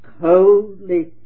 coldly